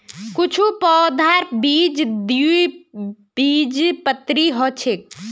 कुछू पौधार बीज द्विबीजपत्री ह छेक